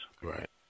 Right